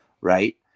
right